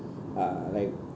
uh like